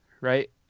right